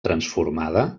transformada